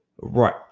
right